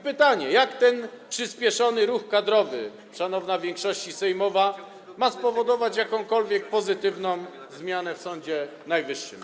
Pytanie: Jak ten przyspieszony ruch kadrowy, szanowna większości sejmowa, ma spowodować jakąkolwiek pozytywną zmianę w Sądzie Najwyższym?